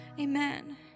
amen